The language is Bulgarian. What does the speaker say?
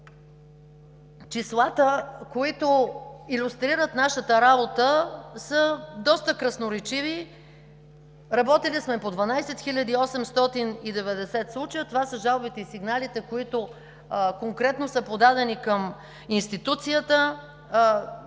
добре. Числата, които илюстрират нашата работа, са доста красноречиви. Работили сме по 12 890 случая – това са жалбите и сигналите, които конкретно са подадени към институцията;